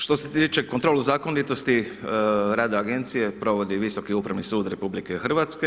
Što se tiče, kontrolu zakonitosti rada agencije provodi Visoki upravni sud RH.